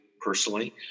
personally